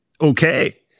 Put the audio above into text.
okay